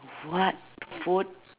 what food